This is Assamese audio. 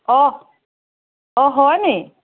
অ অ হয়নি